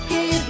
Give